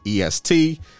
EST